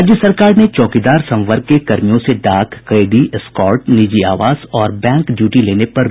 राज्य सरकार ने चौकीदार संवर्ग के कर्मियों से डाक कैदी एस्कॉर्ट निजी आवास और बैंक ड्यूटी लेने पर रोक लगा दी है